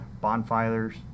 bonfires